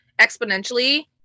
exponentially